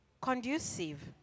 conducive